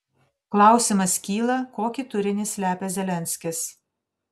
klausimas kyla kokį turinį slepia zelenskis